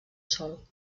sol